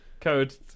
code